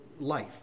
life